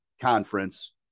conference